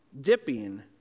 dipping